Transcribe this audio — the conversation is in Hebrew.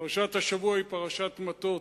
פרשת השבוע היא פרשת מטות,